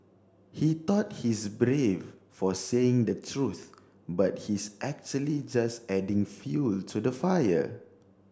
he thought he's brave for saying the truth but he's actually just adding fuel to the fire